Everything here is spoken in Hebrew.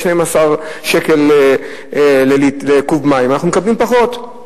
12 שקל לקוב מים אלא פחות.